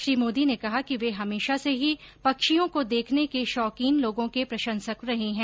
श्री मोदी ने कहा कि वे हमेशा से ही पक्षियों को देखने के शौकीन लोगों के प्रशंसक रहे हैं